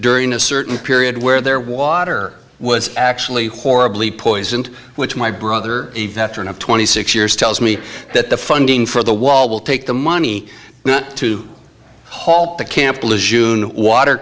during a certain period where their water was actually horribly poisoned which my brother a veteran of twenty six years tells me that the funding for the wall will take the money to ha